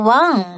one